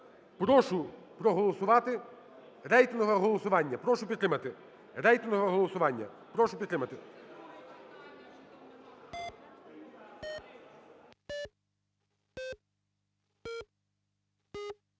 Прошу проголосувати. Рейтингове голосування. Прошу підтримати.